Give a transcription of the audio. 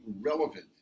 relevant